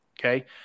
Okay